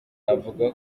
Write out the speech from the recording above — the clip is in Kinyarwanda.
avuga